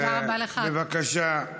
בבקשה.